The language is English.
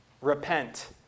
Repent